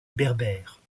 berbère